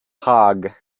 hague